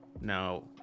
Now